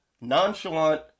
nonchalant